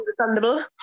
understandable